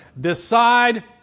decide